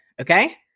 Okay